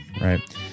right